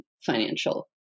financial